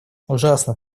ужасно